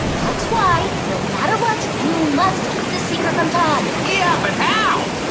that's why no matter what, you must keep the secret from tom. yeah, but how?